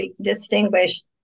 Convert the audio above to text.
distinguished